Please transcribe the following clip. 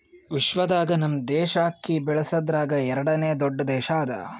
ವಿಶ್ವದಾಗ್ ನಮ್ ದೇಶ ಅಕ್ಕಿ ಬೆಳಸದ್ರಾಗ್ ಎರಡನೇ ದೊಡ್ಡ ದೇಶ ಅದಾ